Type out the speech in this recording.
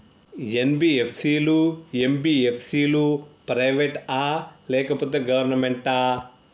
NBFC లు, MBFC లు private ఆ లేకపోతే గవర్నమెంటా?